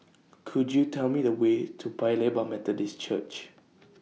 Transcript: Could YOU Tell Me The Way to Paya Lebar Methodist Church